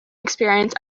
experience